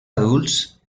adults